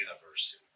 university